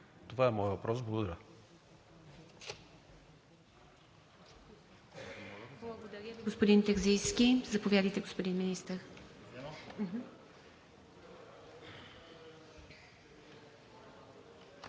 Това е моят въпрос. Благодаря.